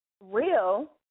real